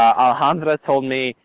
alejandra told me,